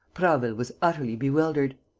prasville was utterly bewildered.